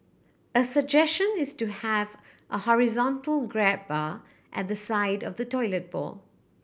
a suggestion is to have a horizontal grab bar at the side of the toilet bowl